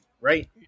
right